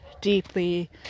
deeply